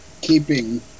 keeping